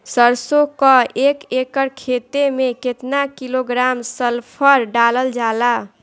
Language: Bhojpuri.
सरसों क एक एकड़ खेते में केतना किलोग्राम सल्फर डालल जाला?